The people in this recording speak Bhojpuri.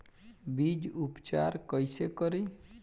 बीज उपचार कईसे करी?